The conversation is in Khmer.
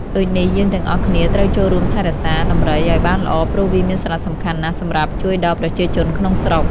ដូចនេះយើងទាំងអស់គ្នាត្រូវចូលរួមថែរក្សាដំរីឲ្យបានល្អព្រោះវាមានសារៈសំខាន់ណាស់សម្រាប់ជួយដល់ប្រជាជនក្នុងស្រុក។